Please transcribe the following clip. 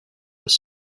was